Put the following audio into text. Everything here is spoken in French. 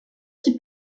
qui